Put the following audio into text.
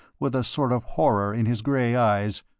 with a sort of horror in his gray eyes,